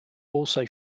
also